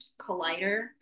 collider